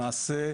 למעשה,